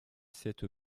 cette